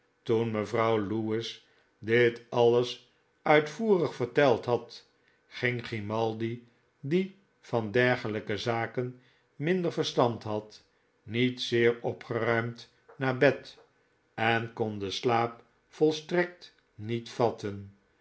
toen mevrouw lewis dit alles uitvoerig verteld had ging grimaldi die van dergelijke zaken minder verstand had niet zeer opgeruimd naar bed en kon den slaap volstrekt niet vatten